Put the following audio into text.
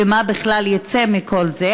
ומה בכלל יצא מכל זה,